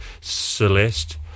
Celeste